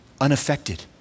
unaffected